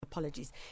apologies